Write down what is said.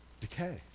decay